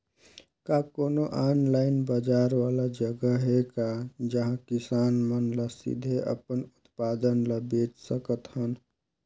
का कोनो ऑनलाइन बाजार वाला जगह हे का जहां किसान मन ल सीधे अपन उत्पाद ल बेच सकथन?